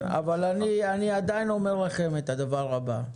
כן אבל אני עדין אומר לכם את הדבר הבא: